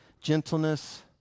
gentleness